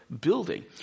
building